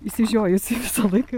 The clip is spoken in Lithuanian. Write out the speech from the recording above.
išsižiojusi visą laiką